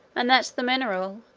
and that the mineral,